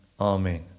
Amen